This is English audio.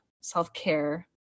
self-care